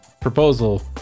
proposal